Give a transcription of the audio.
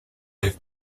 moved